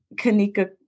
Kanika